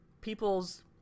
people's